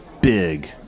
big